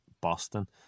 Boston